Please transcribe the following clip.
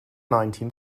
nineteen